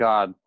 God